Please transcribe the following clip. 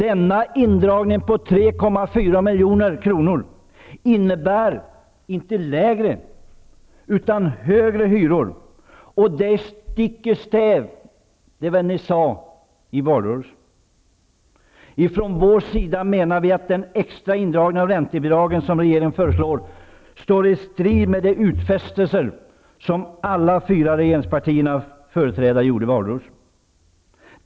En indragning på 3,4 miljarder innebär inte lägre utan högre hyror. Det går stick i stäv med vad ni sade i valrörelsen. Från socialdemokratiskt håll menar vi att den extra indragning av räntebidragen som regeringen föreslår står i strid med de utfästelser som alla fyra regeringspartiernas företrädare gjorde i valrörelsen.